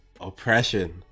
oppression